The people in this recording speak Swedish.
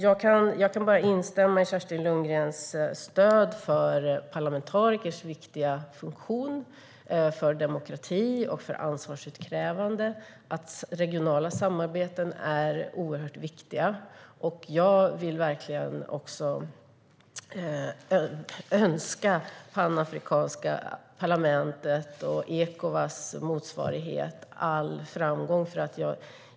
Jag kan bara instämma i Kerstin Lundgrens stöd för parlamentarikers viktiga funktion för demokrati och för ansvarsutkrävande och kan också instämma i att regionala samarbeten är oerhört viktiga. Jag önskar verkligen det panafrikanska parlamentet och Ecowas motsvarighet all framgång.